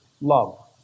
love